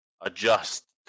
adjust